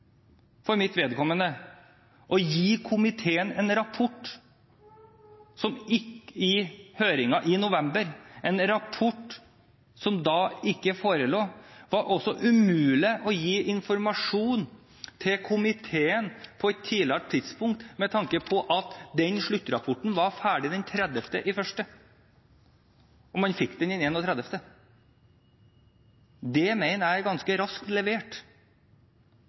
for mitt vedkommende å gi komiteen en rapport i høringen i november, en rapport som da ikke forelå. Det var også umulig å gi informasjon til komiteen på et tidligere tidspunkt, med tanke på at sluttrapporten var ferdig den 30. januar og man fikk den 31. januar. Da mener jeg at informasjonen og denne rapporten til komiteen er ganske raskt levert.